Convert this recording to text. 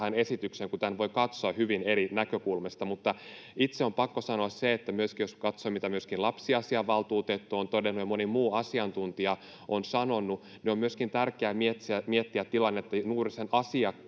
tämän voi katsoa hyvin eri näkökulmista. Mutta itse on pakko sanoa se, että jos katsoo, mitä myöskin lapsiasiainvaltuutettu on todennut ja moni muu asiantuntija on sanonut, niin on tärkeää miettiä tilannetta myöskin juuri sen asiakkaan